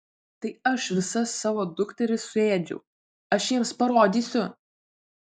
tai aš visas savo dukteris suėdžiau aš jiems parodysiu